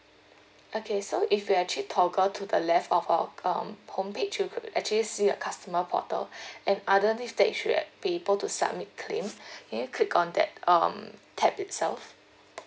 okay so if you actually toggle to the left of uh um homepage you could actually see a customer portal and underneath there it should have paper to submit claim can you click on that um tab itself